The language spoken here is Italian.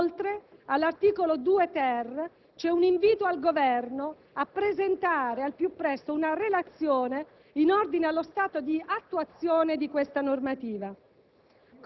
Inoltre, all'articolo 2-*ter* si invita il Governo a presentare al più presto una relazione in ordine allo stato di attuazione di questa normativa.